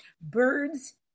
birds